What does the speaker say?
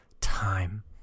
time